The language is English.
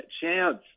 chance